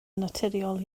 naturiol